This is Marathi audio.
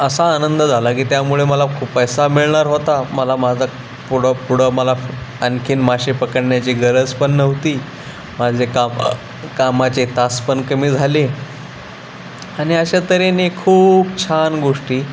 असा आनंद झाला की त्यामुळं मला खूप पैसा मिळणार होता मला माझा पुढं पुढं मला आणखीन मासे पकडण्याची गरज पण नव्हती माझे काम कामाचे तास पण कमी झाले आणि अशा तऱ्हेने खूप छान गोष्टी